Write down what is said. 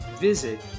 visit